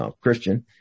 Christian